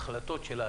ההחלטות שלה,